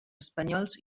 espanyols